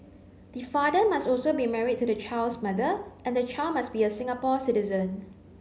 the father must also be married to the child's mother and the child must be a Singapore citizen